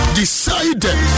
decided